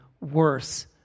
worse